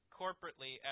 corporately